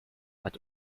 but